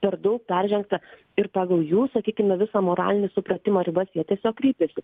per daug peržengta ir pagal jų sakykime visą moralinį supratimą ribas jie tiesiog kreipėsi